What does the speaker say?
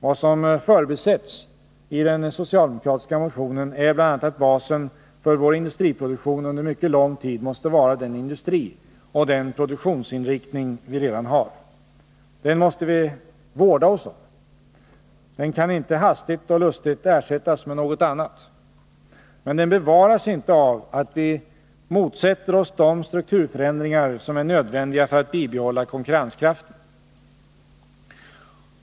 Vad som förbisetts i den socialdemokratiska motionen är bl.a. att basen för vår industriproduktion under mycket lång tid måste vara den industri och den produktionsinriktning vi redan har. Den måste vi vårda oss om. Den kan inte hastigt och lustigt ersättas med något annat. Men den bevaras inte av att vi motsätter oss de strukturförändringar som är nödvändiga för att bibehålla konkurrenskraften.